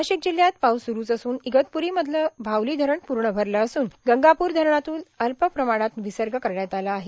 नाशिक जिल्ह्यात पाऊस सुरूच असून इगतपुरी मधलं भावली घरण पूर्ण भरलं असून गंगापूर घरणातून अल्प प्रमाणात विसर्ग करण्यात आला आहे